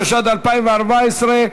התשע"ד 2014,